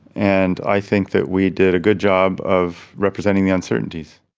and i think that we did a good job of representing the uncertainties.